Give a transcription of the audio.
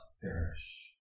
perish